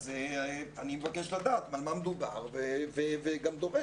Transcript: אני מבקש לדעת על מה מדובר וגם דורש